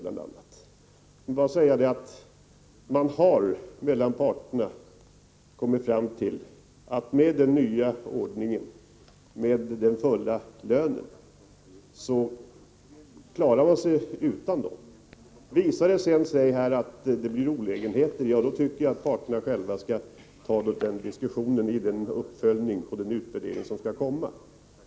Jag vill bara säga att parterna på arbetsmarknaden har kommit fram till att man med den nya ordningen, med den fulla lönen, klarar sig utan turordningsreglerna. Om det sedan visar sig att det blir olägenheter, tycker jag att parterna själva skall ta upp den diskussionen vid en uppföljning av den utredning som skall göras.